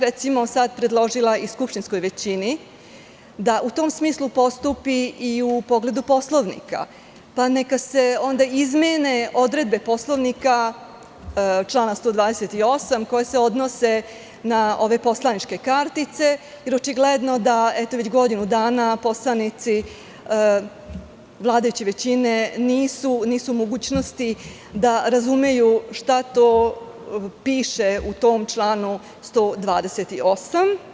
Recimo, sada bih predložila i skupštinskoj većini da u tom smislu postupi i u pogledu Poslovnika, pa neka se onda izmene odredbe Poslovnika člana 128, koji se odnosi na ove poslaničke kartice, jer očigledno da već godinu dana poslanici vladajuće većine nisu u mogućnosti da razumeju šta to piše u tom članu 128.